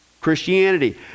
Christianity